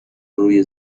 روی